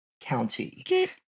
County